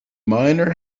miner